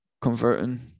converting